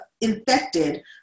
infected